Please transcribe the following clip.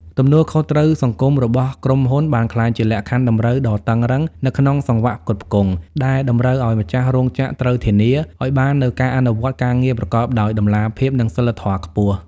ទំនួលខុសត្រូវសង្គមរបស់ក្រុមហ៊ុន បានក្លាយជាលក្ខខណ្ឌតម្រូវដ៏តឹងរ៉ឹងនៅក្នុងសង្វាក់ផ្គត់ផ្គង់ ដែលតម្រូវឱ្យម្ចាស់រោងចក្រត្រូវធានាឱ្យបាននូវការអនុវត្តការងារប្រកបដោយតម្លាភាព និងសីលធម៌ខ្ពស់។